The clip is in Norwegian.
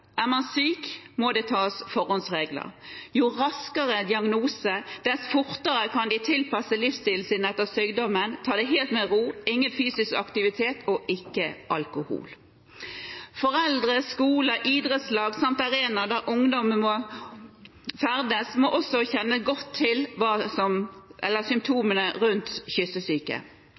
Er man syk, må det tas forholdsregler. Jo raskere diagnose, dess fortere kan de tilpasse livsstilen sin til sykdommen – ta det helt med ro, ingen fysisk aktivitet og ikke alkohol. Foreldre, skole, idrettslag samt arenaer der ungdommer må ferdes, må også kjenne godt til symptomene på kyssesyke. De bør vite hva som